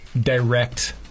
direct